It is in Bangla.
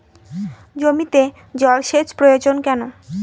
জমিতে জল সেচ প্রয়োজন কেন?